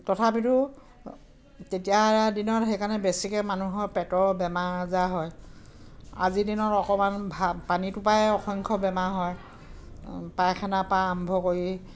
তথাপিতো তেতিয়াৰ দিনত সেইকাৰণে বেছিকৈ মানুহৰ পেটৰ বেমাৰ আজাৰ হয় আজিৰ দিনত অকণমান পানীটোৰপৰাই অসংখ্য বেমাৰ হয় পায়খানাৰপৰা আৰম্ভ কৰি